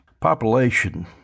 population